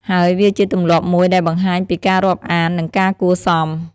ហើយវាជាទម្លាប់មួយដែលបង្ហាញពីការរាប់អាន និងការគួរសម។